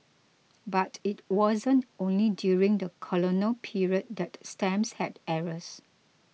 but it wasn't only during the colonial period that stamps had errors